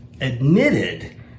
admitted